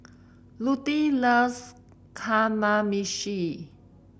Lutie loves Kamameshi